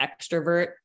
extrovert